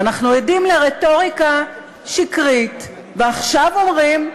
ואנחנו עדים לרטוריקה שקרית, ועכשיו אומרים: